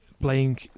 playing